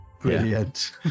brilliant